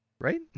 Right